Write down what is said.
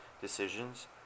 decisions